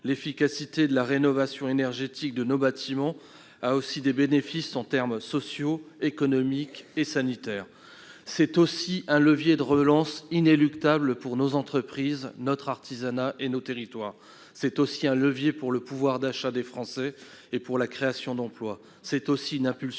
effet, la rénovation énergétique efficace de nos bâtiments a aussi des bénéfices en termes sociaux, économiques et sanitaires. C'est un levier de relance inéluctable pour nos entreprises, notre artisanat et nos territoires, mais aussi un levier pour le pouvoir d'achat des Français et pour la création d'emplois ainsi qu'une impulsion